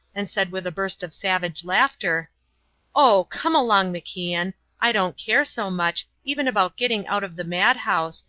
and said with a burst of savage laughter oh! come along, macian i don't care so much, even about getting out of the madhouse,